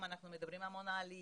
אנחנו מדברים המון על עלייה,